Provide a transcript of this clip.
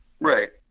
Right